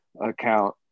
account